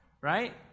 Right